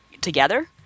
together